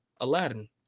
Aladdin